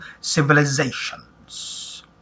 civilizations